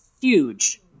huge